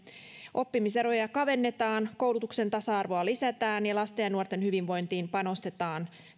oppimiseroja kavennetaan koulutuksen tasa arvoa lisätään lasten ja nuorten hyvinvointiin panostetaan